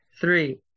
three